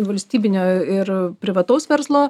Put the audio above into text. valstybinio ir privataus verslo